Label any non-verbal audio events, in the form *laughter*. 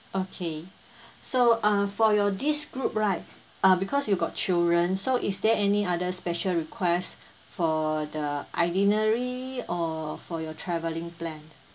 okay *breath* so uh for your this group right uh because you got children so is there any other special requests for the itinerary or for your travelling plan